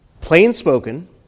plain-spoken